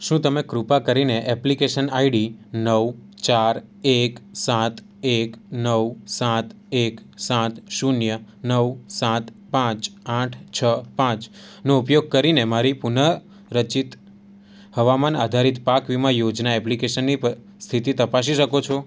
શું તમે કૃપા કરીને એપ્લિકેશન આઈ ડી નવ ચાર એક સાત એક નવ સાત એક સાત શૂન્ય નવ સાત પાંચ આઠ છ પાંચ નો ઉપયોગ કરીને મારી પુન રચિત હવામાન આધારિત પાક વીમા યોજના એપ્લિકેશનની સ્થિતિ તપાસી શકો છો